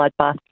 bloodbath